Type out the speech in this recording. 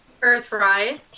Earthrise